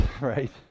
right